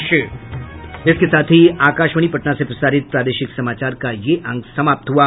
इसके साथ ही आकाशवाणी पटना से प्रसारित प्रादेशिक समाचार का ये अंक समाप्त हुआ